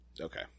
Okay